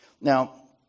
Now